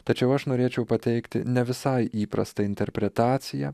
tačiau aš norėčiau pateikti ne visai įprastą interpretaciją